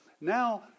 Now